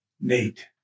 Nate